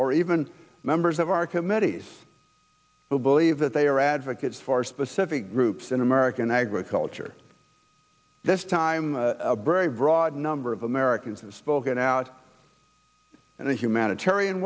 or even members of our committees who believe that they are advocates for specific groups in american agriculture this time brave broad number of americans and spoken out and humanitarian